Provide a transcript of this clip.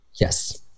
Yes